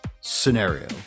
scenario